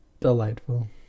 Delightful